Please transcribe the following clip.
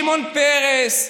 שמעון פרס,